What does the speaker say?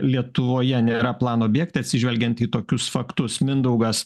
lietuvoje nėra plano bėgti atsižvelgiant į tokius faktus mindaugas